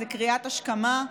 איזו קריאת השכמה,